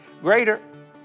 greater